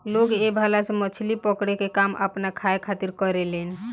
लोग ए भाला से मछली पकड़े के काम आपना खाए खातिर करेलेन